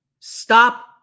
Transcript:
Stop